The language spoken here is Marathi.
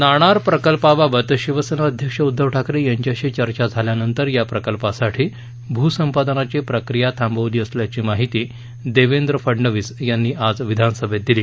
नाणार प्रकल्पाबाबत शिवसेना अध्यक्ष उद्धव ठाकरे यांच्याशी चर्चा झाल्यानंतर या प्रकल्पासाठी भूसंपादनाची प्रक्रिया थांबवली असल्याची माहिती मुख्यमंत्री देवेंद्र फडनवीस यांनी आज विधानसभेत दिली